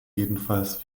jedenfalls